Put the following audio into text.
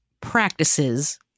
practices